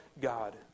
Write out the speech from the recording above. God